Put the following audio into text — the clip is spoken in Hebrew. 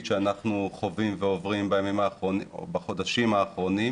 שאנחנו חווים ועוברים בחודשים האחרונים.